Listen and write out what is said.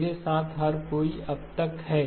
मेरे साथ हर कोई अब तक है